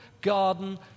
garden